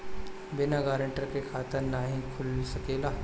बिना गारंटर के खाता नाहीं खुल सकेला?